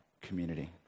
community